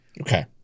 Okay